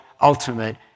ultimate